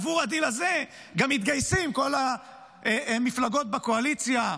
עבור הדיל הזה גם מתגייסות כל המפלגות בקואליציה.